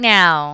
now